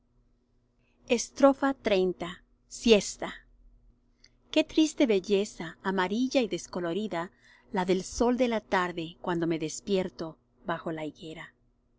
nostalgia infinita xxx siesta qué triste belleza amarilla y descolorida la del sol de la tarde cuando me despierto bajo la higuera